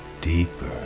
deeper